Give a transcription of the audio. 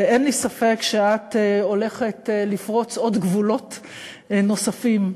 אין לי ספק שאת הולכת לפרוץ גבולות נוספים,